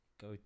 go